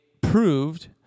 proved